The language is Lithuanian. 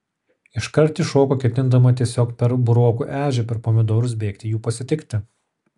iškart ji šoko ketindama tiesiog per burokų ežią per pomidorus bėgti jų pasitikti